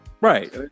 Right